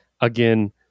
again